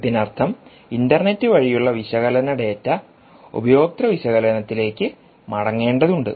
ഇതിനർത്ഥം ഇന്റർനെറ്റ് വഴിയുള്ള വിശകലന ഡാറ്റ ഉപയോക്തൃ വിശകലനത്തിലേക്ക് മടങ്ങേണ്ടതുണ്ട്